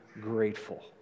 grateful